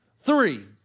Three